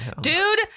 Dude